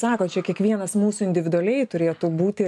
sako čia kiekvienas mūsų individualiai turėtų būti